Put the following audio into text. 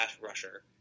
rusher